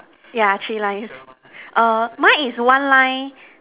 yeah three lines err mine is one line